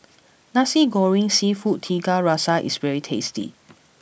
Nasi Goreng Seafood Tiga Rasa is very tasty